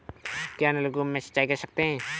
क्या नलकूप से सिंचाई कर सकते हैं?